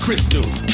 Crystals